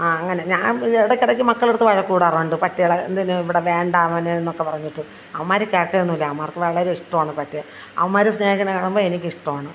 അങ്ങനെ ഞാൻ ഇടക്കിടയ്ക്ക് മക്കളുടെ അടുത്തു വഴക്കു കൂടാറുണ്ട് പട്ടികളെ എന്തിന് ഇവിടെ വേണ്ട മോനെന്നൊക്കെ പറഞ്ഞിട്ട് അവന്മാർ കേൾക്കുന്നില്ല അവന്മാർക്കു വളരെ ഇഷ്ടമാണ് പട്ടിയെ അവന്മാർ സ്നേഹിക്കണ കാണുമ്പം എനിക്കും ഇഷ്ടമാണ്